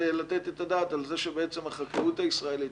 לתת את הדעת על זה שבעצם הכרחיות הישראלית,